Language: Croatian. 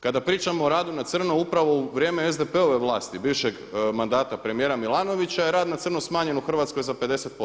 Kada pričamo o radu na crno upravo u vrijeme SDP-ove vlasti bivšeg mandata premijera Milanovića je rad na crno smanjen u Hrvatskoj za 50%